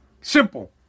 Simple